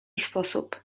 sposób